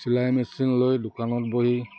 চিলাই মেচিন লৈ দোকানত বহি